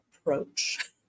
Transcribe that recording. approach